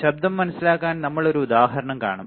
ശബ്ദം മനസിലാക്കാൻ നമ്മൾ ഒരു ഉദാഹരണം കാണും